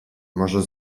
może